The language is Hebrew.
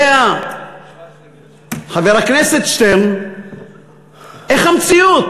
יודע חבר הכנסת שטרן איך המציאות.